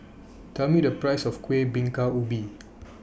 Tell Me The Price of Kuih Bingka Ubi